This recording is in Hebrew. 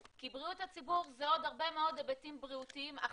כי בריאות הציבור זה עוד הרבה מאוד היבטים בריאותיים אחרים,